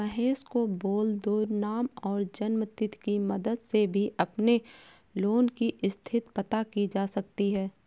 महेश को बोल दो नाम और जन्म तिथि की मदद से भी अपने लोन की स्थति पता की जा सकती है